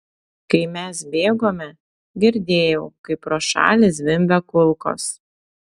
kai mes bėgome girdėjau kaip pro šalį zvimbia kulkos